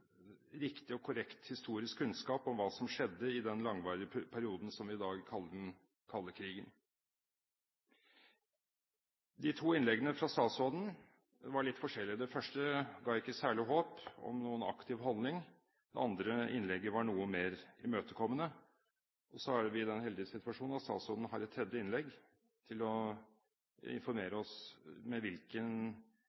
riktig og korrekt historisk kunnskap om hva som skjedde i den langvarige perioden som vi i dag kaller den kalde krigen. De to innleggene fra statsråden var litt forskjellige. Det første ga ikke særlig håp om noen aktiv holdning. Det andre innlegget var noe mer imøtekommende. Så er vi i den heldige situasjon at statsråden har et tredje innlegg til å informere